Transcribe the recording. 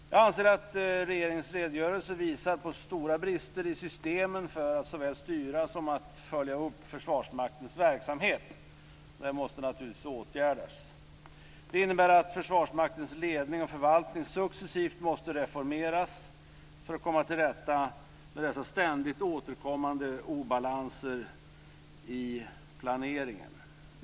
Jag anser att regeringens redogörelse visar på stora brister i systemen för att såväl styra som följa upp Försvarsmaktens verksamhet. Det måste naturligtvis åtgärdas. Det innebär att Försvarsmaktens ledning och förvaltning successivt måste reformeras för att komma till rätta med dessa ständigt återkommande obalanser i planeringen.